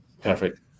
Perfect